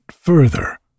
further